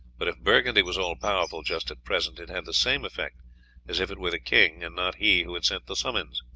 but if burgundy was all-powerful just at present it had the same effect as if it were the king and not he who had sent the summons.